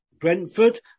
Brentford